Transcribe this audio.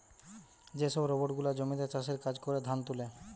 যে সব রোবট গুলা জমিতে চাষের কাজ করে, ধান তুলে